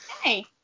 Hey